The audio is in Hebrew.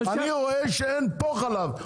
אני רואה שאין פה חלב,